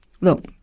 Look